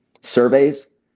surveys